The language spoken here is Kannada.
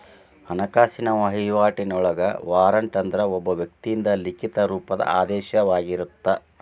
ಹಣಕಾಸಿನ ವಹಿವಾಟಿನೊಳಗ ವಾರಂಟ್ ಅಂದ್ರ ಒಬ್ಬ ವ್ಯಕ್ತಿಯಿಂದ ಲಿಖಿತ ರೂಪದ ಆದೇಶವಾಗಿರತ್ತ